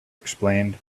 explained